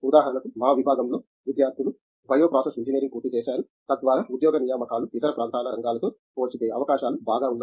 ఉదాహరణకు మా విభాగంలో విద్యార్థులు బయో ప్రాసెస్ ఇంజనీరింగ్ పూర్తి చేసారు తద్వారా ఉద్యోగ నియామకాలు ఇతర ప్రాంతాల రంగాలతో పోల్చితే అవకాశాలు బాగా ఉన్నాయి